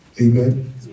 Amen